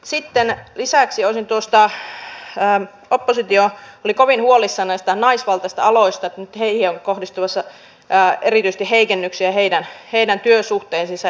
sitten lisäksi olisin sanonut tuosta kun oppositio oli kovin huolissaan näistä naisvaltaisista aloista että nyt on kohdistumassa erityisesti heikennyksiä heidän työsuhteidensa ehtoihin